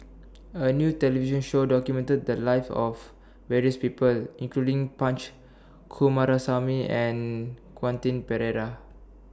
A New television Show documented The Lives of various People including Punch Coomaraswamy and Quentin Pereira